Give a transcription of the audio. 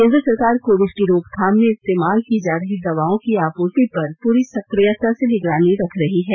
केंद्र सरकार कोविड की रोकथाम में इस्तेमाल की जा रही दवाओं की आपूर्ति पर पूरी सक्रियता से निगरानी रख रही है